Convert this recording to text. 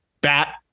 bat